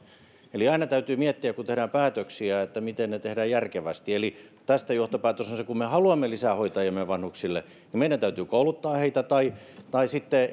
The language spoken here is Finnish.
eli aina täytyy miettiä kun tehdään päätöksiä miten ne tehdään järkevästi eli tästä johtopäätös on se että kun me haluamme lisää hoitajia meidän vanhuksillemme niin meidän täytyy kouluttaa heitä tai tai sitten